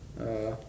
ah